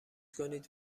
کنید